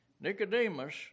Nicodemus